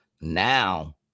Now